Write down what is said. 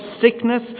sickness